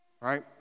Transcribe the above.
Right